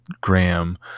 Graham